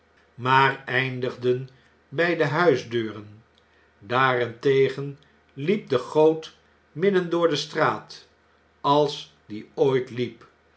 maar eindigden bn de huisdeuren daarentegen liep de goot midden door de straat als die ooit liep